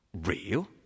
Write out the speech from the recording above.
real